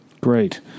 Great